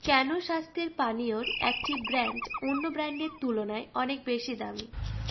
কেন স্বাস্থের পানীয়র একটি ব্র্যান্ড অন্য ব্র্যান্ডের তুলনায় অনেক বেশি দামি